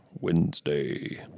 Wednesday